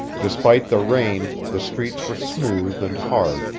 despite the rain the streets were smooth and hard,